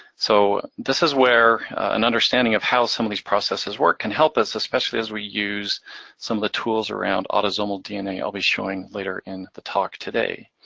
so this is where an understanding of how some of these processes work can help us, especially as we use some of the tools around autosomal dna i'll be showing later in the talk today.